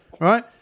right